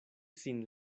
sin